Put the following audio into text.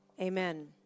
Amen